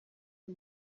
ayo